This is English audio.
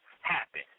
happen